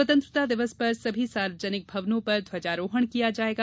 स्वतंत्रता दिवस पर सभी सार्वजनिक भवनों पर ध्वजारोहण किया जायेगा